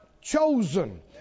chosen